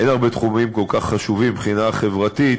אין הרבה תחומים כל כך חשובים מבחינה חברתית